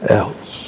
else